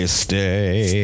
stay